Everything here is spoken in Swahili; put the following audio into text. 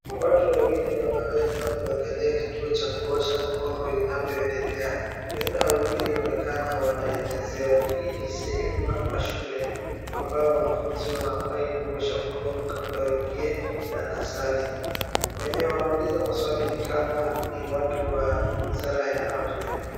Watu wawili wanaweza kuangalia kituo cha kuosha mkono inavyoendelea, wengine wawili inaonekana wanaelezewa, hii ni sehemu kama shule ambao wanafunzi wanafaa kuosha mikono Kabla waingie darasani. Wenye wanauliza maswali ni kama ni watu wa wizara ya afya.